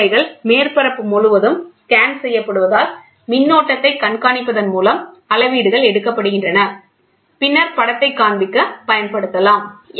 முனை நிலைகள் மேற்பரப்பு முழுவதும் ஸ்கேன் செய்யப்படுவதால் மின்னோட்டத்தை கண்காணிப்பதன் மூலம் அளவீடுகள் எடுக்கப்படுகின்றன பின்னர் படத்தைக் காண்பிக்கப் பயன்படுத்தலாம்